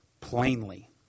plainly